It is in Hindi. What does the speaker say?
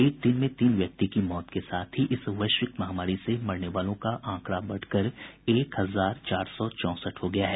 एक दिन में तीन व्यक्ति की मौत के साथ ही इस वैश्विक महामारी से मरने वालों का आंकड़ा बढ़कर एक हजार चार सौ चौंसठ हो गया है